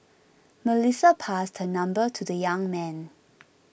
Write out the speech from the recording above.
Melissa passed her number to the young man